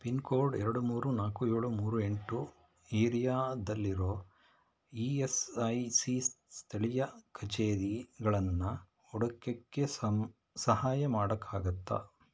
pin code ಎರಡು ಮೂರು ನಾಲ್ಕು ಏಳು ಮೂರು ಎಂಟು ಏರಿಯಾದಲ್ಲಿರೊ ಇ ಎಸ್ ಐ ಸಿ ಸ್ಥಳೀಯ ಕಚೇರಿಗಳನ್ನು ಹುಡಕಕ್ಕೆ ಸಮ್ ಸಹಾಯ ಮಾಡೋಕ್ಕಾಗತ್ತಾ